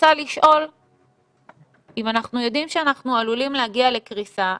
רוצה לשאול אם אנחנו יודעים שאנחנו עלולים להגיע לקריסה,